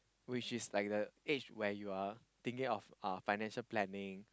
which is like the age where you are thinking of uh financial planning